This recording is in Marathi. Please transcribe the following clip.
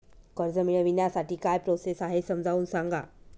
कर्ज मिळविण्यासाठी काय प्रोसेस आहे समजावून सांगा